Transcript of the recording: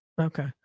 Okay